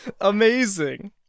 Amazing